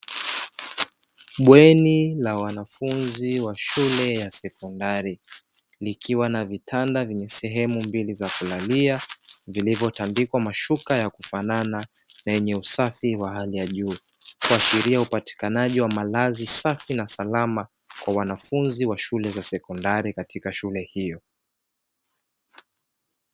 Bweni la wanafunzi wa shule ya sekondari, likiwa na vitanda vyenye sehemu mbili za kulalia, vilivyotandikwa mashuka ya kufanana na yenye usafi wa hali ya juu, kuashiria upatikanaji wa malazi safi na salama kwa wanafunzi wa shule za sekondari, katika shule hiyo.